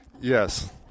yes